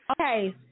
Okay